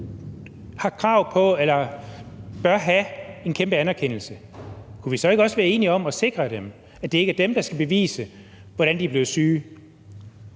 som virkelig bør have en kæmpe anerkendelse, kunne vi så ikke også være enige om at sikre dem, så det ikke er dem, der skal bevise, hvordan de er blevet syge?